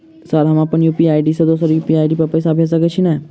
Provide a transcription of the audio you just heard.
Sir हम अप्पन UPI ID सँ दोसर यु.पी.आई आई.डी वला केँ पैसा भेजि सकै छी नै?